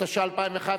התשע"א 2011,